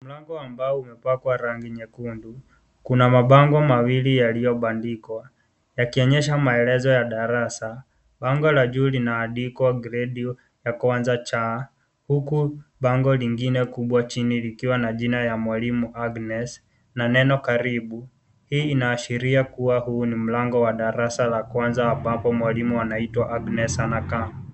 Mlango ambao umepakwa rangi nyekundu. Kuna mapango mawili yaliyo bandikwa yakionyesha maelezo ya darasa bango la juu linaandika, "Grade 1C". Huku bango lingine kubwa chini likiwa na jina la mwalimu, "Agness, Welcome." Hii inashiria kuwa huu ni mlango wa darasa ka kwanza ambapo mwalimu anaitwa "Agness" anakaa.